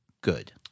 good